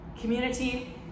Community